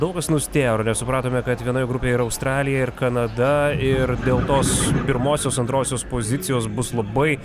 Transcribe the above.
daug kas nustėro nes supratome kad vienoj grupėj yra australija ir kanada ir dėl tos pirmosios antrosios pozicijos bus labai